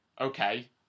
Okay